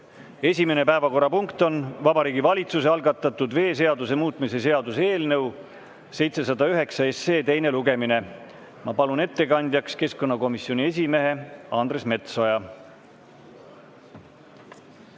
Esimene päevakorrapunkt on Vabariigi Valitsuse algatatud veeseaduse muutmise seaduse eelnõu 709 teine lugemine. Ma palun ettekandjaks keskkonnakomisjoni esimehe Andres Metsoja!